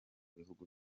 bihugu